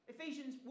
Ephesians